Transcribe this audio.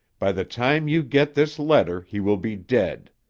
by the time you get this letter he will be dead.